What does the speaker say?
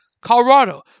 Colorado